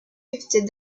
fifty